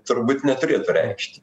turbūt neturėtų reikšti